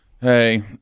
hey